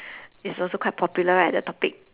it's also quite popular right that topic